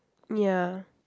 ya